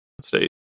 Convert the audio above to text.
State